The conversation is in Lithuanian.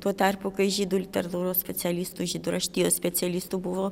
tuo tarpu kai žydų literatūros specialistų žydų raštijos specialistų buvo